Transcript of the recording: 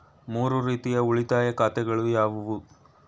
ಮೂರು ರೀತಿಯ ಉಳಿತಾಯ ಖಾತೆಗಳು ಯಾವುವು?